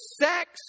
sex